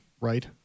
right